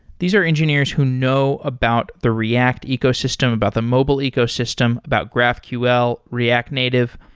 these are engineers who know about the react ecosystem, about the mobile ecosystem, about graphql, react native.